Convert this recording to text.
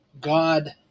God